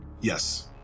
Yes